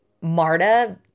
Marta